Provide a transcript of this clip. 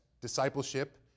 discipleship